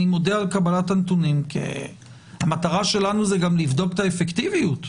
מודה על קבלת הנתונים שהמטרה שלנו זה גם לבדוק את האפקטיביות,